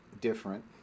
different